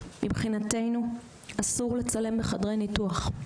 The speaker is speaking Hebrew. מבחינתנו אסור לצלם בחדרי ניתוח,